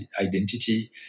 identity